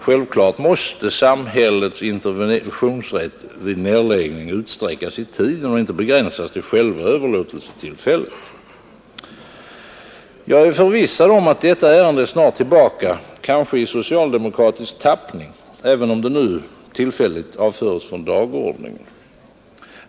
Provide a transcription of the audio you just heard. Självklart måste samhällets interventionsrätt vid nedläggning utsträckas i tiden och inte begränsas till själva överlåtelsetillfället. Jag är förvissad om att detta ärende snart är tillbaka — kanske i socialdemokratisk tappning — även om det nu tillfälligt avföres från dagordningen.